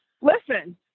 listen